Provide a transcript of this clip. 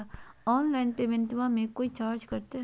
Online पेमेंटबां मे कोइ चार्ज कटते?